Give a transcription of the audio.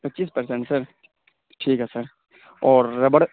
پچیس percent sir ٹھیک ہے سر اور ربڑ